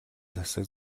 засаг